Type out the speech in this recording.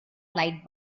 light